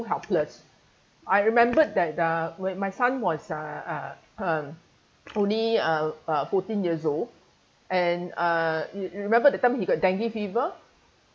helpless I remembered that the where my son was uh uh uh only uh uh fourteen years old and uh you remember that time he got dengue fever